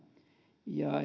ja